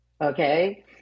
Okay